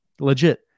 legit